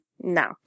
no